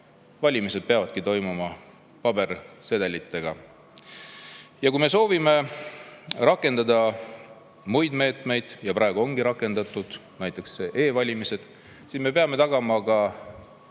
Valimised peavad toimuma pabersedelitega. Kui me soovime rakendada muid meetmeid, ja praegu ongi rakendatud, näiteks e‑valimised, siis me peame tagama ka